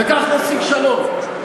וכך נשיג שלום.